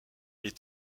les